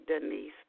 Denise